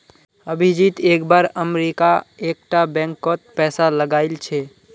अभिजीत एक बार अमरीका एक टा बैंक कोत पैसा लगाइल छे